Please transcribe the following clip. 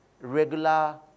regular